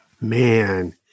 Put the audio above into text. man